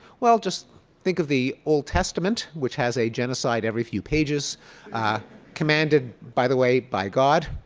well, just think of the old testament which has a genocide every few pages commanded, by the way, by god.